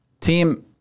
Team